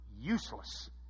useless